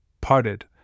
parted